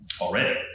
already